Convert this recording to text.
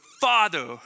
father